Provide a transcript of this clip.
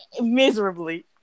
Miserably